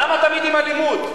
למה תמיד עם אלימות?